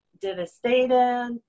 devastated